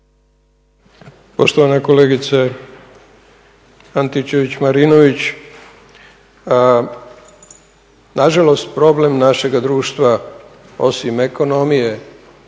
Poštovana kolegice Antičević-Marinović nažalost problem našega društva, osim ekonomije